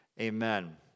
amen